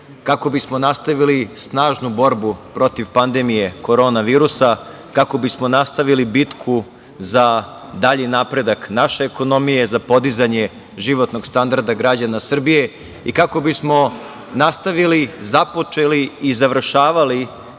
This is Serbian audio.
kako bismo nastavili snažnu borbu protiv pandemije korona virusa, kako bismo nastavili bitku za dalji napredak naše ekonomije, za podizanje životnog standarda građana Srbije i kako bismo nastavili započeli i završavali